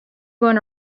going